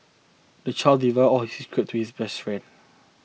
the child divulged all his secrets to his best friend